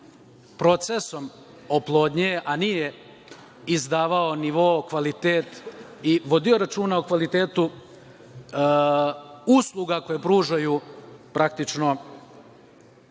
procesom oplodnje, a nije izdavao nivo kvalitet i vodio računa o kvalitetu usluga koje pružaju praktično